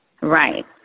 Right